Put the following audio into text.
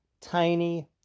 tiny